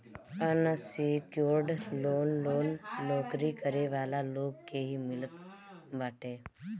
unsecured loan loan नोकरी करे वाला लोग के ही मिलत बाटे